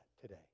today